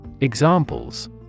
Examples